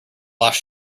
lost